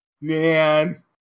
Man